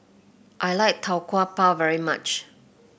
I like Tau Kwa Pau very much